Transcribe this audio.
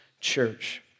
church